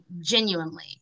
genuinely